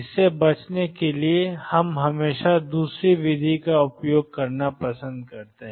इससे बचने के लिए हम हमेशा दूसरी विधि का उपयोग करना पसंद करते हैं